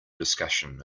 discussion